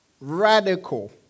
radical